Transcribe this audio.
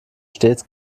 stets